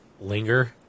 linger